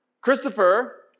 Christopher